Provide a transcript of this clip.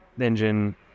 engine